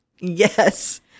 Yes